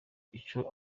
ico